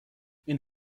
این